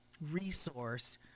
resource